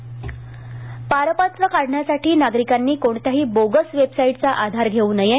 passport पारपत्र काढण्यासाठी नागरिकांनी कोणत्याही बोगस वेबसाईटचा आधार घेऊ नये